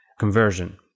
conversion